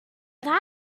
that